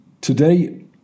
Today